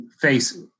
face